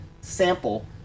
sample